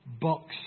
box